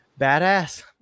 Badass